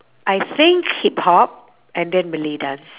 I think hip hop and then malay dance